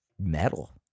metal